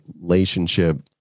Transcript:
relationship